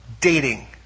dating